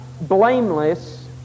blameless